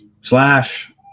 slash